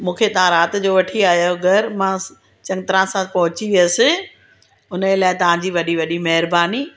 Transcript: मूंखे तव्हां राति जो वठी आयो घर मां चङी तराह सां पोंहची वियसि हुनजे लाइ तव्हांजी वॾी वॾी महिरबानी